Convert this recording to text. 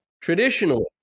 traditionally